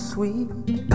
Sweet